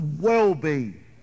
well-being